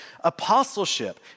apostleship